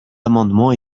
amendement